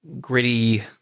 gritty